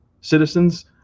citizens